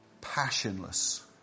passionless